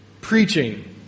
preaching